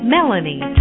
Melanie